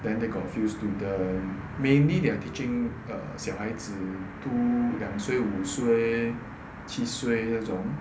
then they got a few student mainly they are teaching err 小孩子 two 两岁五岁七岁这种